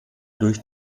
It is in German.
durch